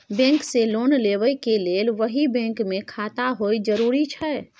Bank से loan लेबै के लेल वही बैंक मे खाता होय जरुरी छै?